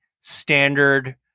standard